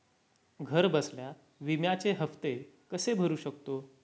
घरबसल्या विम्याचे हफ्ते कसे भरू शकतो?